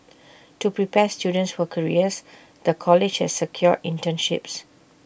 to prepare students for careers the college has secured internships